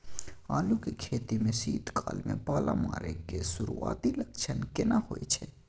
आलू के खेती में शीत काल में पाला मारै के सुरूआती लक्षण केना होय छै?